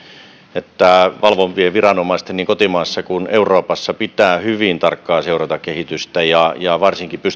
että valvovien viranomaisten niin kotimaassa kuin euroopassa pitää hyvin tarkkaan seurata kehitystä ja ja varsinkin